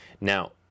now